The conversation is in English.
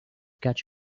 catch